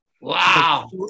Wow